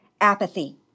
apathy